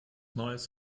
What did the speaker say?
neues